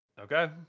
Okay